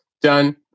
Done